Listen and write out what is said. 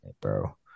bro